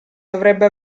dovrebbe